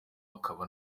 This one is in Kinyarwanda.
akaba